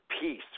peace